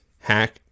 hack